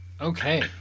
Okay